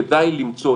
כדאי למצוא,